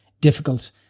difficult